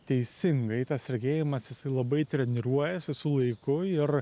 teisingai tas regėjimas jisai labai treniruojasi su laiku ir